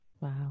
Wow